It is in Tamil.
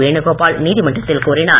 வேணுகோபால் நீதிமன்றத்தில் கூறினார்